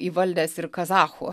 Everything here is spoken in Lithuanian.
įvaldęs ir kazachų